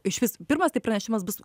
išvis pirmas tai pranešimas bus